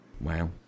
Wow